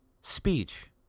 speech